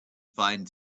fine